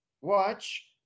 watch